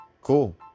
Cool